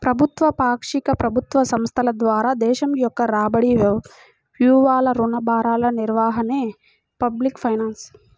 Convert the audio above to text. ప్రభుత్వ, పాక్షిక ప్రభుత్వ సంస్థల ద్వారా దేశం యొక్క రాబడి, వ్యయాలు, రుణ భారాల నిర్వహణే పబ్లిక్ ఫైనాన్స్